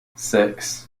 six